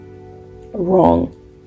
wrong